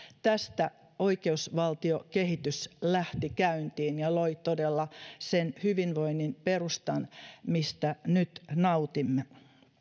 tästä oikeusvaltiokehitys lähti käyntiin ja loi todella sen hyvinvoinnin perustan mistä nyt nautimme